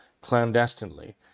clandestinely